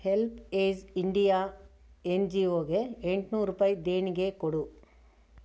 help age India N G ಓಗೆ ಎಂಟುನೂರು ರೂಪಾಯಿ ದೇಣಿಗೆ ಕೊಡು